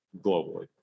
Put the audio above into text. globally